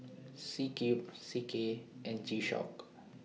C Cube C K and G Shock